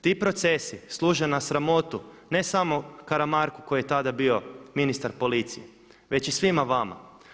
Ti procesi služe na sramotu ne samo Karamarku koji je tada bio ministar policije, već i svima vama.